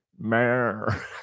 Mayor